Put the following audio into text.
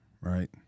Right